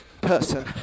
person